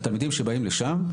התלמידים שבאים לשם,